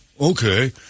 okay